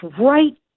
right